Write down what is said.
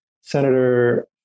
Senator